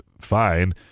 fine